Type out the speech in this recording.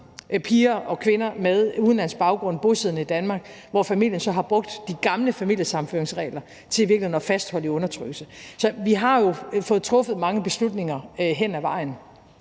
piger og kvinder med udenlandsk baggrund bosiddende i Danmark, hvor familien så har brugt de gamle familiesammenføringsregler til i virkeligheden at fastholde dem i undertrykkelse. Så vi har jo fået truffet mange beslutninger hen ad vejen,